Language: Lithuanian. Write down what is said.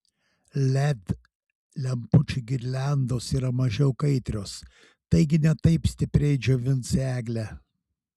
led lempučių girliandos yra mažiau kaitrios taigi ne taip stipriai džiovins eglę